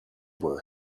were